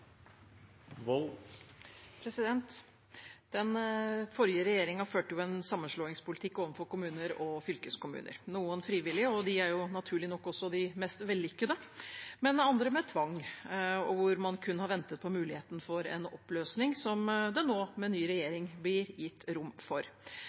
Den forrige regjeringen førte en sammenslåingspolitikk overfor kommuner og fylkeskommuner. Noen sammenslåinger var frivillige, og det er naturlig nok også de mest vellykkede, mens andre var med tvang, hvor man kun har ventet på muligheten for en oppløsning, som det nå med ny